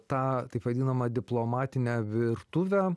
tą taip vadinamą diplomatinę virtuvę